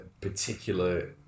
particular